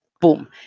Boom